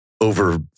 over